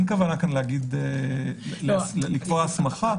אין כוונה לקבוע פה הסמכה.